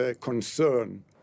concern